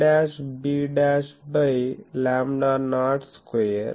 4 a b by lambda naught square